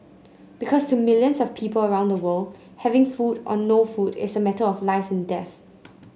because to millions of people around the world having food or no food is a matter of life and death